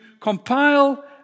compile